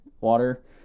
water